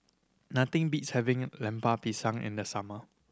nothing beats having Lemper Pisang in the summer